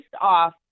off